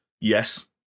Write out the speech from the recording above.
Yes